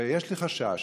ויש לי חשש: